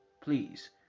Please